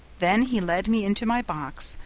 then he led me into my box,